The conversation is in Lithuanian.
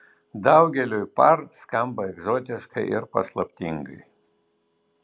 daugeliui par skamba egzotiškai ir paslaptingai